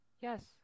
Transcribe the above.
yes